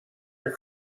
your